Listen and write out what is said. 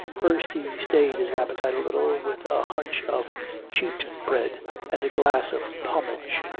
first he stayed his appetite a little with a hunch of cheat-bread, and a glass of pomage,